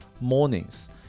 mornings